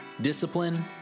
discipline